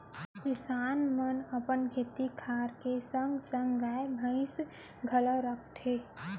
किसान मन अपन खेती खार के संगे संग गाय, भईंस घलौ राखथें